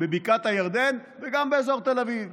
בבקעת הירדן וגם באזור תל אביב.